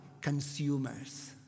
consumers